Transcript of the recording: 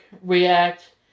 react